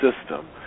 system